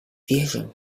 wierzę